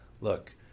Look